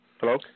Hello